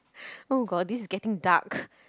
oh god this is getting dark